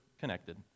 connected